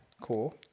Cool